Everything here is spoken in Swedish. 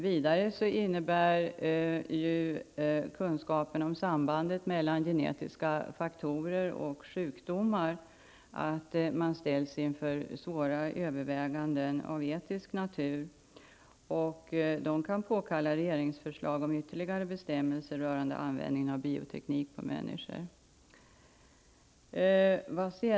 Vidare innebär ju kunskaperna om sambanden mellan genetiska faktorer och sjukdomar att man ställs inför svåra överväganden av etisk natur. De kan påkalla regeringsförslag om ytterligare bestämmelser rörande användning av bioteknik på människor.